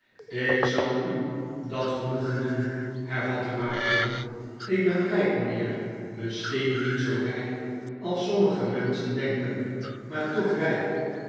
ik zal u dat genoegen doen hervatte maarten ik ben rijk mijnheer misschien niet zoo rijk als sommige menschen denken maar toch rijk